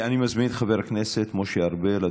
אני מזמין את חבר הכנסת משה ארבל.